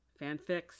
fanfics